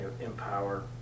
Empower